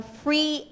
free